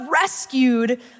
rescued